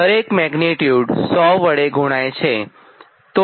દરેક મેગ્નીટ્યુડ 100 વડે ગુણાય છે